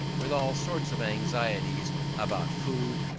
with all sorts of anxieties about food,